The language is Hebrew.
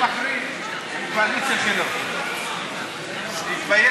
הוא מחרים את הקואליציה שלו, שיתבייש.